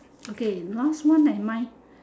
okay last one like mine